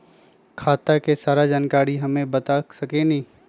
खाता के सारा जानकारी हमे बता सकेनी?